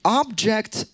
object